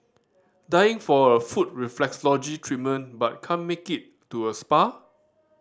dying for a foot reflexology treatment but can't make it to a spa